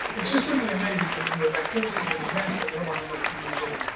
it's just simply amazing the number of activities and events that go on in this community.